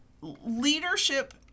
leadership